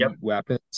weapons